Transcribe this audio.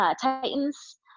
Titans